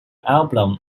album